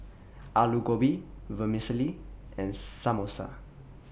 Alu Gobi Vermicelli and Samosa